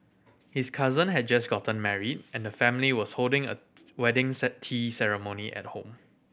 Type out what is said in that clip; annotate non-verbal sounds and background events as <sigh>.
his cousin had just gotten married and the family was holding a wedding <unintelligible> tea ceremony at home